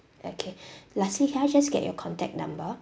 okay lastly can I just get your contact number